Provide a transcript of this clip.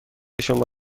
شما